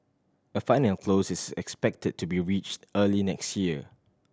a final close is expected to be reached early next year